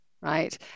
right